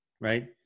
right